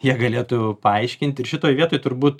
jie galėtų paaiškint ir šitoj vietoj turbūt